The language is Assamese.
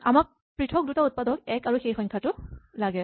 আমাক পৃথক দুটা উৎপাদক এক আৰু সেই সংখ্যাটো লাগে